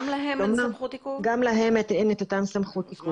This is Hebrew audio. גם להם אין סמכות עיכוב?